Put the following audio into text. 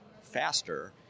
faster